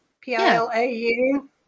P-I-L-A-U